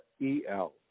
E-L